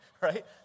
right